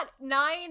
nine